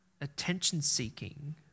attention-seeking